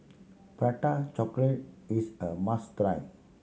Prata Chocolate is a must try